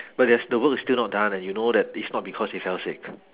but there's the work still not done and you know that it's not because he fell sick